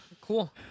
Cool